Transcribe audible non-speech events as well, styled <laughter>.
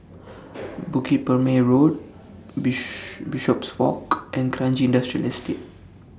<noise> Bukit Purmei Road <unintelligible> Bishopswalk and Kranji Industrial Estate